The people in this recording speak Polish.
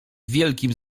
wielkim